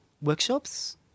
workshops